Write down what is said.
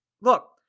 Look